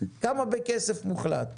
כמה בכסף מוחלט?